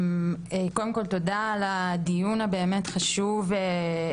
קודם כל תודה על הדיון באמת הכל כך חשוב הזה,